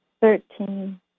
Thirteen